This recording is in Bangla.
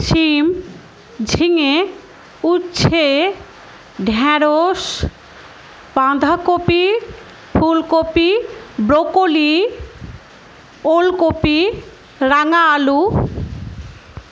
শিম ঝিঙে উচ্ছে ঢ্যাঁড়স বাঁধাকপি ফুলকপি ব্রোকলি ওলকপি রাঙা আলু